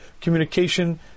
communication